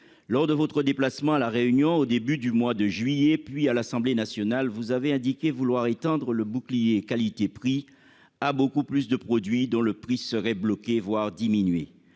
Lors de votre déplacement à la Réunion au début du mois de juillet, puis à l'Assemblée nationale, vous avez indiqué vouloir étendre le bouclier qualité-prix à « beaucoup plus de produits dont le prix serait bloqué, voire diminué